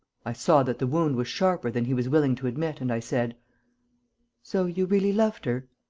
i saw that the wound was sharper than he was willing to admit, and i said so you really loved her?